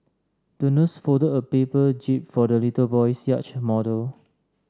the nurse folded a paper jib for the little boy's yacht model